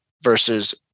versus